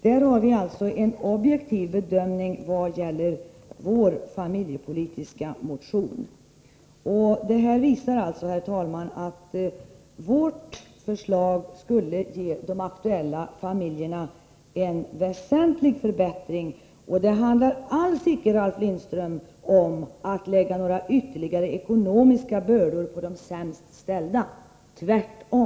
Där har vi alltså en objektiv bedömning av vår familjepolitiska motion. Detta visar, herr talman, att vårt förslag skulle ge de aktuella familjerna en väsentlig förbättring. Det handlar alls icke, Ralf Lindström, om att lägga ytterligare ekonomiska bördor på de sämst ställda. Tvärtom!